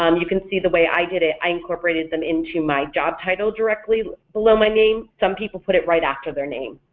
um you can see the way i did it, i incorporated them into my job title directly below my name, some people put it right after their name,